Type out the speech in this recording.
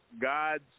God's